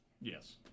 Yes